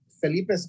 Felipe